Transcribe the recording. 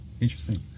Interesting